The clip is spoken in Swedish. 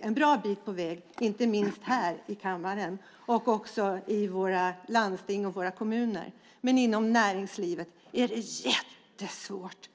en bra bit på väg på den politiska sidan, inte minst här i kammaren och i våra landsting och kommuner, men inom näringslivet är det jättesvårt.